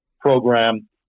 program